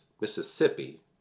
Mississippi